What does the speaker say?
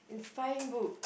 inspiring book